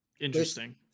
Interesting